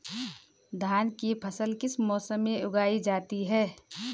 धान की फसल किस मौसम में उगाई जाती है?